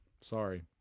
Sorry